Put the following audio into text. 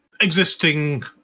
existing